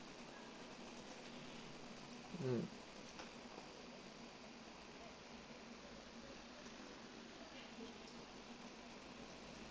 mm